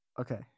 Okay